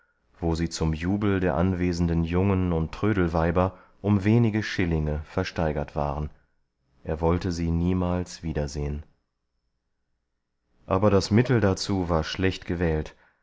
wo sie zum jubel der anwesenden jungen und trödelweiber um wenige schillinge versteigert waren er wollte sie niemals wiedersehen aber das mittel dazu war schlecht gewählt